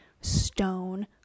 stone